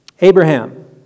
Abraham